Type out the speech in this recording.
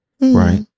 right